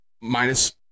Minus